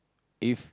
if